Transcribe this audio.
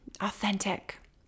authentic